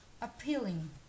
appealing